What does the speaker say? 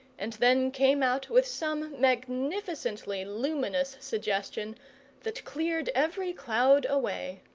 and then came out with some magnificently luminous suggestion that cleared every cloud away.